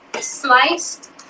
sliced